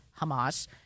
Hamas